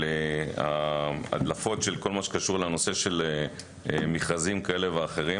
על הדלפות של כל מה שקשור למכרזים כאלה ואחרים.